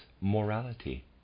morality